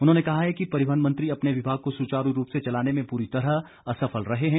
उन्होंने कहा है कि परिवहन मंत्री अपने विभाग को सुचारू रूप से चलाने में पूरी तरह असफल रहे हैं